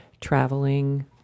traveling